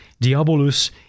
Diabolus